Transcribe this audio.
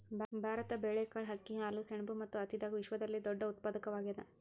ಭಾರತ ಬೇಳೆಕಾಳ್, ಅಕ್ಕಿ, ಹಾಲು, ಸೆಣಬು ಮತ್ತು ಹತ್ತಿದಾಗ ವಿಶ್ವದಲ್ಲೆ ದೊಡ್ಡ ಉತ್ಪಾದಕವಾಗ್ಯಾದ